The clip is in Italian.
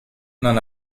non